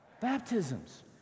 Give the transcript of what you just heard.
Baptisms